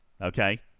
Okay